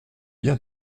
bien